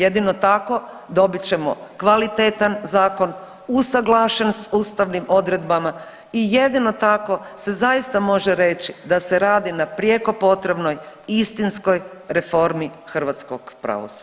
Jedino tako dobit ćemo kvalitetan zakon usuglašen sa ustavnim odredbama i jedino tako se zaista može reći da se radi na prijeko potrebnoj istinskoj reformi hrvatskog pravosuđa.